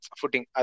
footing